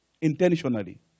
Intentionally